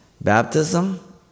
Baptism